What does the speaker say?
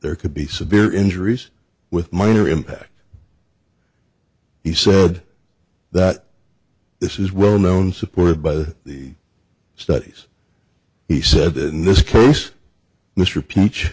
there could be severe injuries with minor impact he said that this is well known supported by the studies he said that in this case mr p